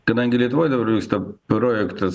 kadangi lietuvoj dabar vyksta projektas